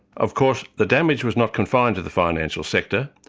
of course, the damage was not confined to the financial sector,